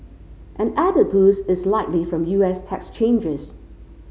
an added boost is likely from U S tax changes